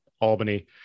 Albany